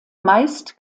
meist